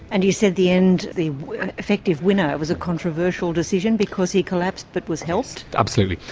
and you said the end, the effective winner was a controversial decision because he collapsed but was helped. absolutely.